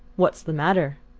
what's the matter?